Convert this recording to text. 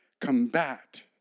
combat